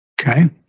Okay